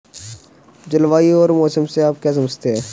जलवायु और मौसम से आप क्या समझते हैं?